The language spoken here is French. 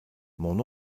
mon